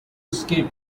escape